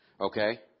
Okay